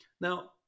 Now